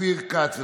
אופיר כץ,